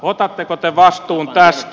otatteko te vastuun tästä